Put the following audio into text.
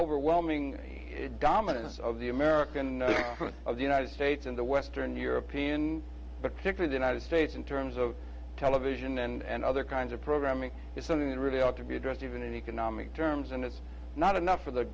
overwhelming dominance of the american front of the united states and the western european but picture the united states in terms of television and other kinds of programming is something that really ought to be addressed even in economic terms and it's not enough for the